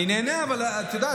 אני אדבר עם שקמה,